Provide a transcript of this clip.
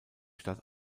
stadt